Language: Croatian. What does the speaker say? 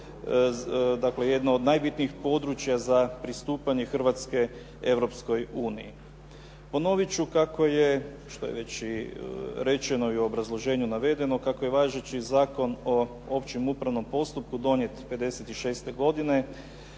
dakle, jedna od najbitnijih područja za pristupanje Hrvatske Europskoj uniji. Ponoviti ću kako je, što je već i rečeno i u obrazloženju navedeno kako je važeći Zakon o općem upravnom postupku, donijet '56. godine